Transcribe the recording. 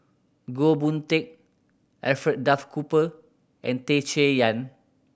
Goh Boon Teck Alfred Duff Cooper and Tei Chay Yan